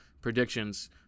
predictions